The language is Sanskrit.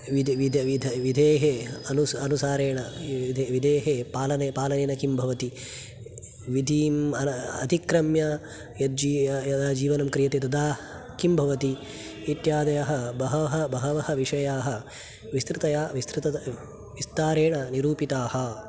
विधेः अनुसारेण विधेः पालेन किं भवति विधीम् अतिक्रम्य यदा जीवनं क्रियते तदा किं भवति इत्यादयः बहवः बहवः विषयाः विस्तृतया विस्तारेण निरूपिताः